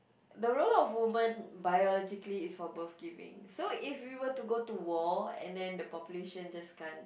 the role of women biologically is for birth giving so if we were to go to war and then the population just can't